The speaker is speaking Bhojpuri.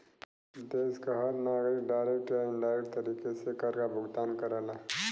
देश क हर नागरिक डायरेक्ट या इनडायरेक्ट तरीके से कर काभुगतान करला